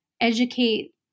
educate